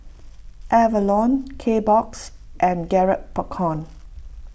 Avalon Kbox and Garrett Popcorn